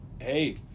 hey